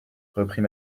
reprit